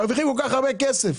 הם מרוויחים כל כך הרבה כסף,